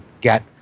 get